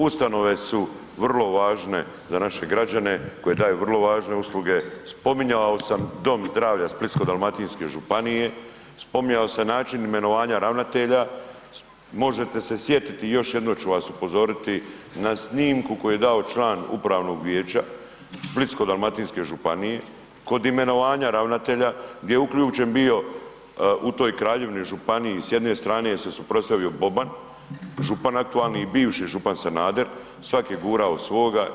Ustanove su vrlo važne za naše građane, koje daju vrlo važne usluge, spominjao sam Dom zdravlja Splitsko-dalmatinske županije, spominjao sam način imenovanja ravnatelja, možete se sjetiti još jednom ću vas upozoriti na snimku koju je dao član upravnog vijeća Splitsko-dalmatinske županije kod imenovanja ravnatelja gdje je uključen bio u toj kraljevini županiji, s jedne strane se suprotstavio Boban, župan aktualni i bivši župan Sanader, svaki je gurao svoga.